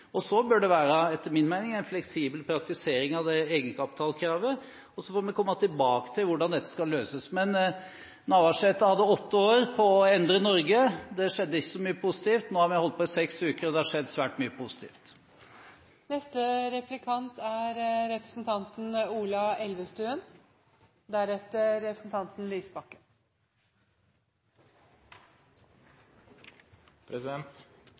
og så får vi komme tilbake til hvordan dette skal løses. Navarsete hadde åtte år på seg til å endre Norge, og det skjedde ikke så mye positivt. Nå har vi holdt på i seks uker, og det har skjedd svært mye positivt. Representanten